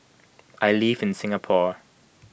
I live in Singapore